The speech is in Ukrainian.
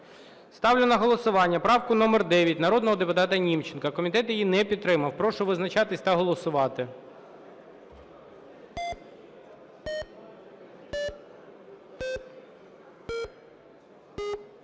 Ставлю на голосування правку номер 9 народного депутата Німченка. Комітет її не підтримав. Прошу визначатись та голосувати.